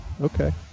Okay